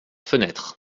fenêtre